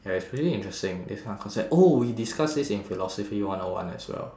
ya it's pretty interesting this kind of concept oh we discussed this in philosophy one O one as well